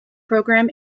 program